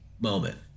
moment